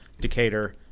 Decatur